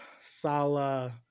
Salah